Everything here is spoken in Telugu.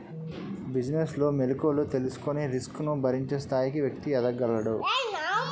బిజినెస్ లో మెలుకువలు తెలుసుకొని రిస్క్ ను భరించే స్థాయికి వ్యక్తి ఎదగగలడు